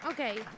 Okay